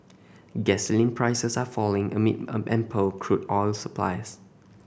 gasoline prices are falling amid ample crude oil supplies